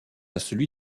celui